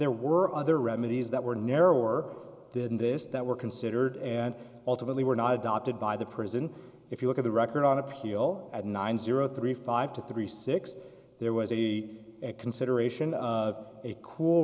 there were other remedies that were narrower than this that were considered and ultimately were not adopted by the prison if you look at the record on appeal at nine zero three five to three six there was a consideration of a cool